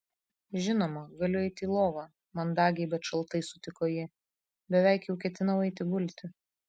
žinoma galiu eiti į lovą mandagiai bet šaltai sutiko ji beveik jau ketinau eiti gulti